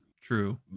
true